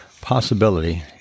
possibility